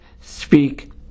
speak